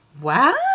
Wow